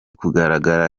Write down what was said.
kugaragara